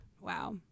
wow